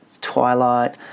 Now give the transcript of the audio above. twilight